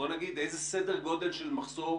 בנוגע --- שלא לדבר על הכשרות,